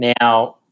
Now